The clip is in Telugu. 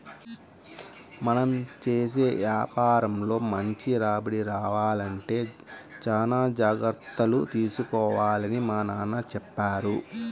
మనం చేసే యాపారంలో మంచి రాబడి రావాలంటే చానా జాగర్తలు తీసుకోవాలని మా నాన్న చెప్పారు